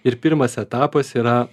ir pirmas etapas yra